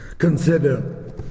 consider